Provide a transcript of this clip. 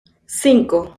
cinco